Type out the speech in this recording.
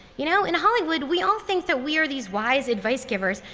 you know in hollywood, we all think that we are these wise advice givers,